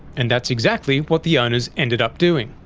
and that's exactly what the owners ended up doing.